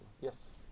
Yes